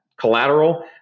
collateral